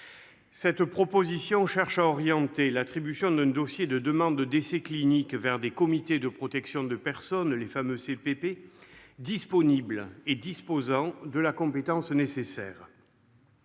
Cette proposition cherche à orienter l'attribution d'un dossier de demande d'essais cliniques vers des comités de protection de personnes- CPP -« disponibles et disposant de la compétence nécessaire